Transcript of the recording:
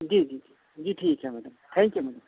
جی جی جی جی ٹھیک ہے میڈم تھینک یو میڈم